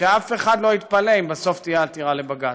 שאף אחד לא יתפלא אם בסוף תהיה עתירה לבג"ץ.